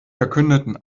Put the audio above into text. verkündeten